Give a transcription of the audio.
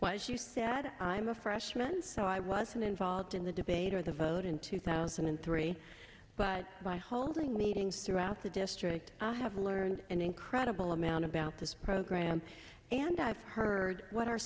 while she said i'm a freshman so i wasn't involved in the debate or the vote in two thousand and three but by holding meetings throughout the district i have learned an incredible amount about this program and i've heard what our